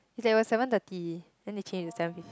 it's at seven thirty then they change to seven fifteen